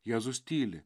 jėzus tyli